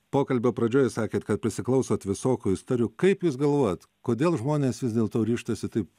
pokalbio pradžioje sakėt kad prisiklausot visokių istorijų kaip jūs galvojat kodėl žmonės vis dėlto ryžtasi taip